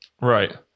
Right